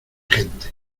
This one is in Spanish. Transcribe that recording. gente